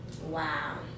wow